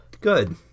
Good